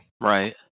Right